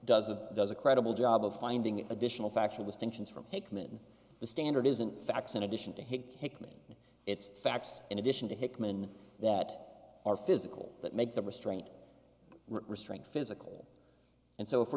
does a does a credible job of finding additional factual distinctions from hickman the standard isn't facts in addition to his hickman it's facts in addition to hickman that are physical that make the restraint restraint physical and so if we're